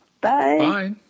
bye